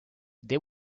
they